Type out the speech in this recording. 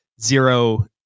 zero